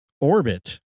orbit